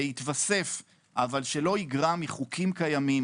שיתוסף אבל שלא יגרע מחוקים קיימים,